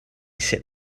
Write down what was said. sat